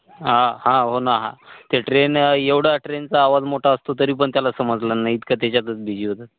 हां हां हो ना हा ते ट्रेन एवढा ट्रेनचा आवाज मोठा असतो तरी पण त्याला समजला नाही इतकं त्याच्यातच बिझी होतात